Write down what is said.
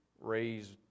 raised